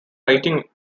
writing